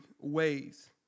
ways